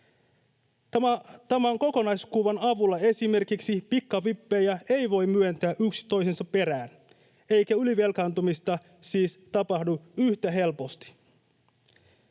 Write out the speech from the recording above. Tämän kokonaiskuvan avulla esimerkiksi pikavippejä ei voi myöntää yksi toisensa perään, eikä ylivelkaantumista siis tapahdu yhtä helposti.